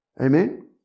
Amen